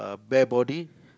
bare body